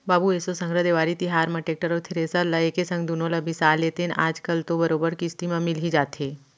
बाबू एसो संघरा देवारी तिहार म टेक्टर अउ थेरेसर ल एके संग दुनो ल बिसा लेतेन आज कल तो बरोबर किस्ती म मिल ही जाथे